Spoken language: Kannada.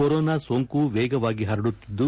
ಕೊರೋನಾ ಸೋಂಕು ವೇಗವಾಗಿ ಹರಡುತ್ತಿದ್ದು